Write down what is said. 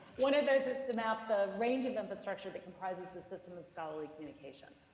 one of those is to map the range of infrastructure that comprises the system of scholarly communication.